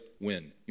win